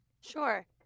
Sure